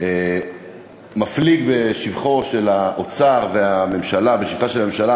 מפליג בשבחו של האוצר ובשבחה של הממשלה,